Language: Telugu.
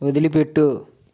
వదిలిపెట్టు